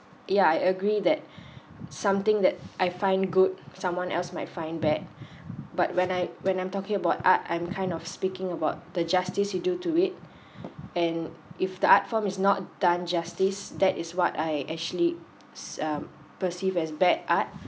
yeah I agree that something that I find good someone else might find bad but when I when I'm talking about art I'm kind of speaking about the justice you do to it and if the art form is not done justice that is what I actually um perceived as bad art